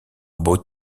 beau